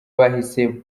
bahise